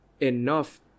enough